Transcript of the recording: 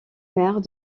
maire